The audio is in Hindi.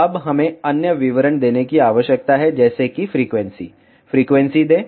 अब हमें अन्य विवरण देने की आवश्यकता है जैसे कि फ्रीक्वेंसी फ्रीक्वेंसी दे